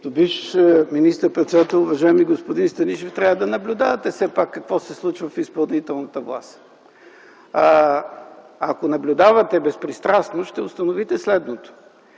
Като бивш министър-председател, уважаеми господин Станишев, трябва все пак да наблюдавате какво се случва в изпълнителната власт! Ако наблюдавате безпристрастно, ще установите следното.